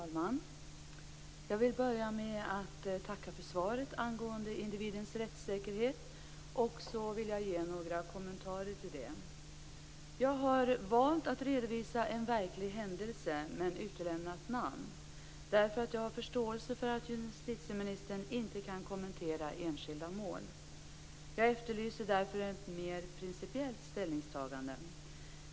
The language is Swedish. Fru talman! Jag vill börja med att tacka för svaret angående individens rättssäkerhet och vill dessutom göra några kommentarer till det. Jag har valt att redovisa en verklig händelse men utelämnat namn, därför att jag har förståelse för att justitieministern inte kan kommentera enskilda mål. Jag efterlyser därför ett mer principiellt ställningstagande.